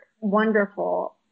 wonderful